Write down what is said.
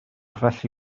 felly